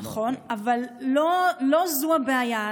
נכון, אבל זו לא הבעיה.